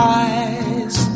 eyes